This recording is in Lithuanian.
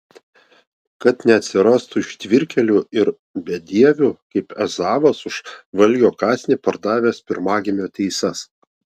kad neatsirastų ištvirkėlių ir bedievių kaip ezavas už valgio kąsnį pardavęs pirmagimio teises